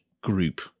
group